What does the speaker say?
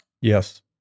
Yes